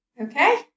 Okay